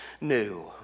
new